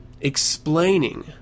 explaining